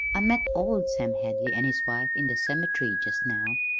i met old sam hadley an' his wife in the cemetery just now,